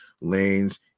lanes